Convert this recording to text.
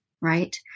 right